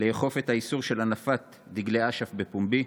לאכוף את האיסור על הנפת דגלי אש"ף בפומבי.